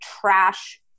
trash